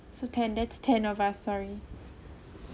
so ten that's ten of us sorry